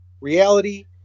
reality